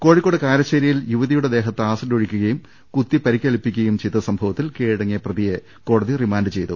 കോഴിക്കോട് കാരശ്ശേരിയിൽ യുവതിയുടെ ദേഹത്ത് ആസിഡ് ഒഴി ക്കുകയും കുത്തിപ്പരിക്കേൽപ്പിക്കുകയും ചെയ്ത സംഭവത്തിൽ കീഴട ങ്ങിയ പ്രതിയെ കോടതി റിമാൻഡ് ചെയ്തു